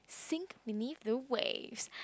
sink beneath the waves